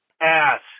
ass